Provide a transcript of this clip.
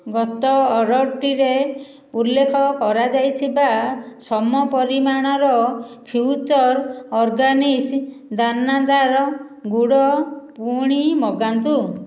ଗତ ଅର୍ଡ଼ର୍ଟିରେ ଉଲ୍ଲେଖ କରାଯାଇଥିବା ସମ ପରିମାଣର ଫ୍ୟୁଚର ଅର୍ଗାନିକ୍ସ ଦାନାଦାର ଗୁଡ଼ ପୁଣି ମଗାନ୍ତୁ